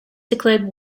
declared